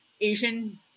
Asian